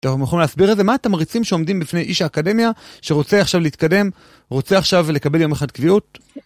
טוב, אנחנו יכולים להסביר את זה, מה התמריצים שעומדים בפני איש אקדמיה שרוצה עכשיו להתקדם, רוצה עכשיו לקבל יום אחד קביעות?